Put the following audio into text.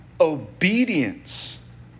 obedience